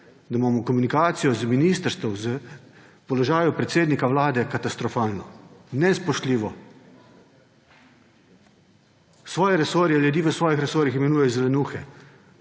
da imamo komunikacijo iz ministrstev, iz položaja predsednika Vlade katastrofalno, nespoštljivo. Svoje resorje, ljudi v svojih resorjih imenuje za lenuhe,